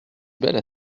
belle